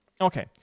okay